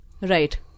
Right